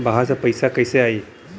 बाहर से पैसा कैसे आई?